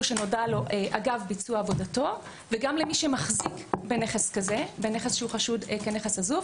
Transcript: שנודע לו אגב ביצוע עבודתו וגם למי שמחזיק בנכס שחשוד כנכס עזוב.